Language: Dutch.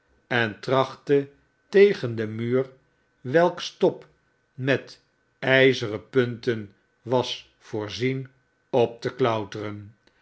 en trachtte tegen den muur welks top met ijzeren punten was voorzien op te klouteren